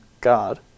God